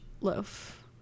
loaf